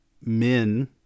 men